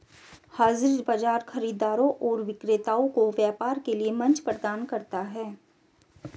हाज़िर बाजार खरीदारों और विक्रेताओं को व्यापार के लिए मंच प्रदान करता है